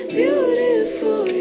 beautiful